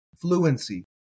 fluency